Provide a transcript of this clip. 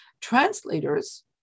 translators